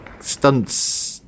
stunts